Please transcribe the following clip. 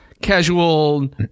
casual